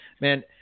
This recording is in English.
man